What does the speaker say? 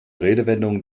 redewendungen